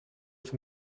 van